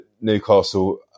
Newcastle